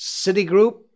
Citigroup